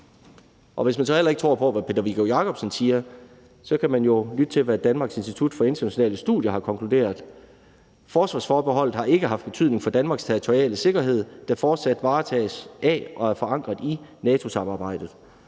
Hvis man så heller ikke tror på, hvad Peter Viggo Jacobsen siger, så kan man jo lytte til, hvad Danmarks Institut for Internationale Studier har konkluderet: »Forsvarsforbeholdet har ikke haft betydning for Danmarks territoriale sikkerhed, der fortsat varetages af og er forankret i NATO-samarbejdet.